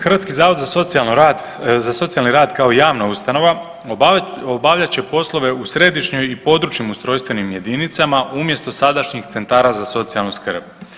Hrvatski zavod za socijalan rad, za socijalni rad kao javna ustanova obavljat će poslove u središnjoj i područnim ustrojstvenim jedinicama umjesto sadašnjih centara za socijalnu skrb.